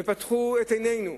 ותקפו את העירייה,